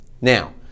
Now